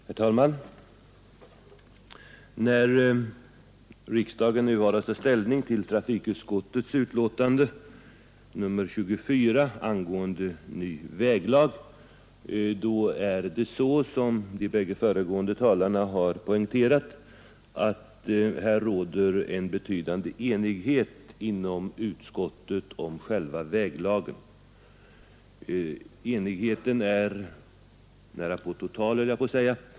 Herr talman! När riksdagen nu har att ta ställning till trafikutskottets betänkande nr 24 angående ny väglag råder det, som de bägge föregående talarna poängterat, en betydande enighet inom utskottet om själva väglagen. Enigheten är nästan total.